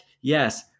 yes